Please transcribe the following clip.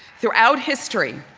throughout history.